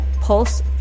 Pulse